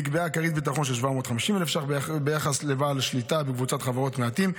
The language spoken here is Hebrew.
נקבעה כרית ביטחון של 750,000 ש"ח ביחס לבעל שליטה בקבוצת חברות מעטים,